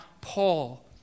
Paul